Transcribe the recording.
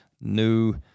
new